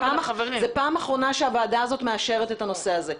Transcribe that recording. זו פעם אחרונה שהוועדה הזו מאשרת את הנושא הזה.